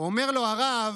אומר לו הרב: